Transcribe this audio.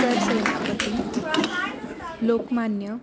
Sarsenapati Lokmanya